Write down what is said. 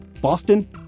Boston